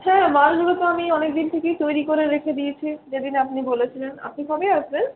হ্যাঁ মালগুলো তো আমি অনেকদিন থেকেই তৈরি করে রেখে দিয়েছি যেদিন আপনি বলেছিলেন আপনি কবে আসবেন